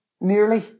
nearly